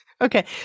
Okay